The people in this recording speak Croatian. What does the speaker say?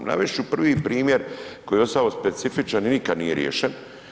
Navest ću prvi primjer koji je ostao specifičan i nikad nije riješen.